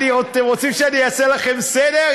אתם רוצים שאני אעשה לכם סדר?